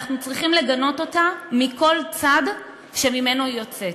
אנחנו צריכים לגנות אלימות מכל צד שממנו היא יוצאת.